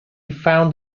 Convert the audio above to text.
found